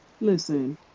listen